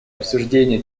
обсуждение